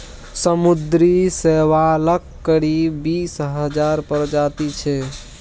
समुद्री शैवालक करीब बीस हजार प्रजाति छै